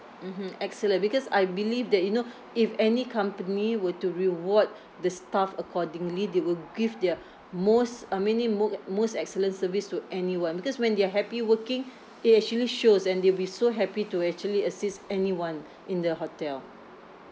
mmhmm excellent because I believe that you know if any company were to reward the staff accordingly they will give their most uh many mo~ most excellent service to anyone because when they are happy working it actually shows and they'll be so happy to actually assist anyone in the hotel